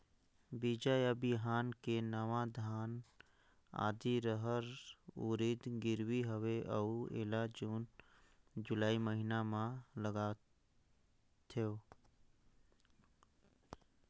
बीजा या बिहान के नवा धान, आदी, रहर, उरीद गिरवी हवे अउ एला जून जुलाई महीना म लगाथेव?